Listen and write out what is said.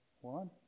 one